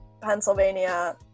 Pennsylvania